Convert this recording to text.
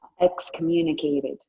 excommunicated